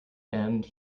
end